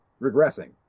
regressing